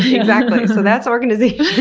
exactly. so that's organization!